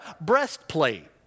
breastplate